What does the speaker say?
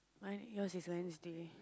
mine yours is Wednesday